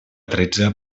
tretze